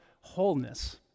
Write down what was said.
wholeness